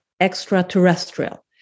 Extraterrestrial